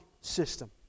system